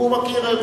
והוא מכיר,